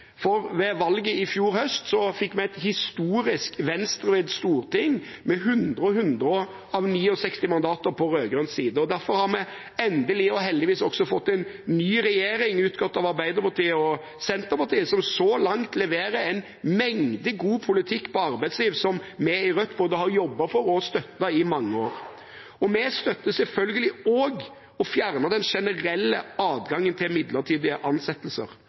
for ved valget i fjor høst fikk vi et historisk venstrevridd storting med 100 av 169 mandater på rød-grønn side. Derfor har vi endelig og heldigvis også fått en ny regjering utgått av Arbeiderpartiet og Senterpartiet, som så langt leverer en mengde god politikk på arbeidsliv som vi i Rødt både har jobbet for og støttet i mange år. Vi støtter selvfølgelig også å fjerne den generelle adgangen til midlertidige ansettelser.